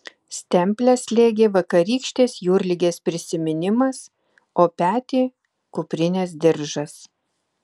stemplę slėgė vakarykštės jūrligės prisiminimas o petį kuprinės diržas